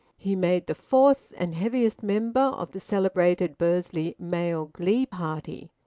he made the fourth and heaviest member of the celebrated bursley male glee party,